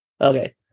Okay